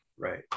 Right